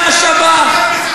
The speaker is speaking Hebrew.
אני אמרתי לך אלף פעם,